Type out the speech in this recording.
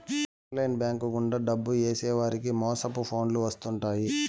online bank గుండా డబ్బు ఏసేవారికి మోసపు ఫోన్లు వత్తుంటాయి